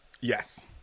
Yes